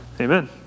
Amen